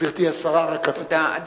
גברתי השרה, רק רציתי, תודה.